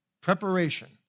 preparation